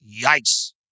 Yikes